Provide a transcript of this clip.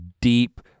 deep